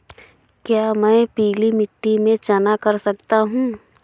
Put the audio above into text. क्या मैं पीली मिट्टी में चना कर सकता हूँ?